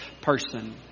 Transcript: person